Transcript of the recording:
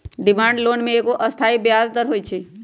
demand loan में एगो अस्थाई ब्याज दर होइ छइ